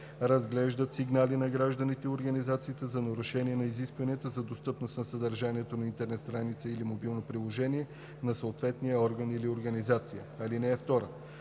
разглеждат сигнали на граждани и организации за нарушения на изискванията за достъпност на съдържанието на интернет страница или мобилно приложение на съответния орган или организация. (2) Подателят